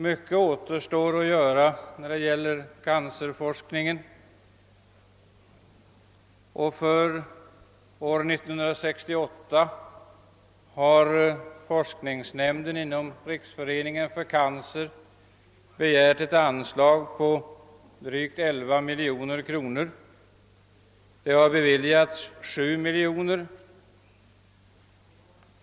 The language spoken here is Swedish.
Mycket återstår att göra i fråga om cancerforskningen, och för år 1968 har forskningsnämnden inom = Riksföreningen mot cancer begärt ett anslag på drygt 11 miljoner kronor, men endast 7 miljoner har beviljats.